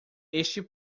este